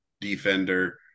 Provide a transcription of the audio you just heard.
defender